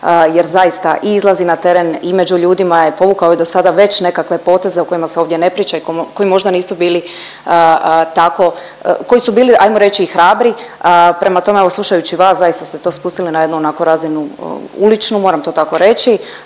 jer zaista i izlazi na teren i među ljudima je, povukao je dosada već nekakve poteze o kojima se ovdje ne priča i koji možda nisu bili tako, koji su bili ajmo reći i hrabri, prema tome evo slušajući vas zaista ste to spustili na jednu onako razinu uličnu moram to tako reći,